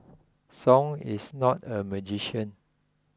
Song is not a magician